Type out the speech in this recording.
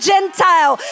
Gentile